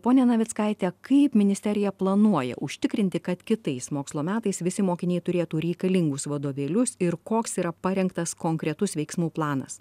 pone navickaite kaip ministerija planuoja užtikrinti kad kitais mokslo metais visi mokiniai turėtų reikalingus vadovėlius ir koks yra parengtas konkretus veiksmų planas